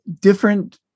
Different